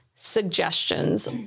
Suggestions